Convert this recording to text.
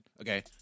Okay